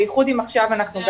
בייחוד אם אנחנו עכשיו מפוקחים.